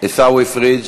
עיסאווי פריג',